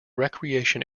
recreation